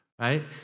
right